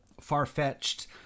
far-fetched